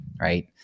right